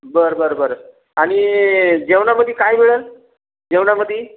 बरं बरं बरं आणि जेवणामध्ये काय मिळेल जेवणामध्ये